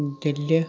دِلہِ